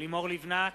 לימור לבנת,